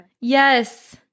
yes